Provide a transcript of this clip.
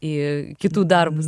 į kitų darbus